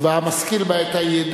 והמשכיל בעת ההיא,